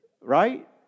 Right